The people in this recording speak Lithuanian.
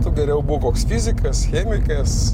tu geriau būk koks fizikas chemikas